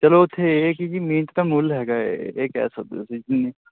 ਚਲੋ ਉੱਥੇ ਇਹ ਕਿਉਂਕਿ ਮਿਹਨਤ ਦਾ ਮੁੱਲ ਹੈਗਾ ਇਹ ਕਹਿ ਸਕਦੇ ਤੁਸੀਂ ਜਿੰਨੇ